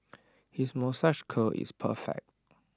his moustache curl is perfect